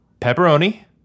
Pepperoni